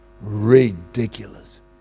Ridiculous